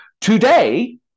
today